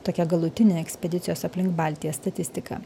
tokia galutinė ekspedicijos aplink baltiją statistika